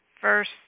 first